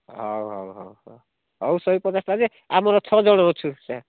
ହଉ ହଉ ହଉ ହଁ ହଉ ଶହେ ପଚାଶ ଟଙ୍କା ଯେ ଆମର ଛଅ ଜଣ ଅଛୁ ସାର୍